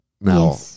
Now